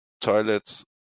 toilets